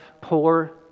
Poor